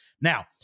Now